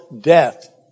death